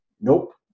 nope